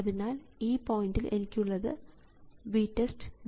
അതിനാൽ ഈ പോയിൻറിൽ എനിക്കുള്ളത് VTEST k ആണ്